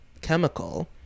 chemical